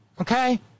Okay